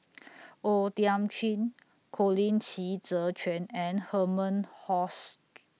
O Thiam Chin Colin Qi Zhe Quan and Herman